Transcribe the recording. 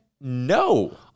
No